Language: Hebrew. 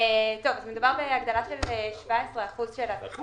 לפי הערכה שלי אחרי הישיבות שהיו לנו,